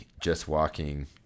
just-walking